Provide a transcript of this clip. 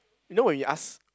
you know when you ask